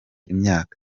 imyaka